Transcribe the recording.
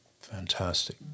Fantastic